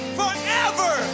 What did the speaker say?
forever